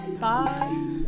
bye